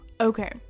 okay